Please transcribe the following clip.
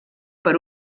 per